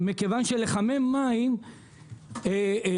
מכיוון שלחמם מים בחשמל,